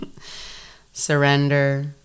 Surrender